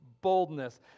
boldness